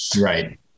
Right